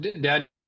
dad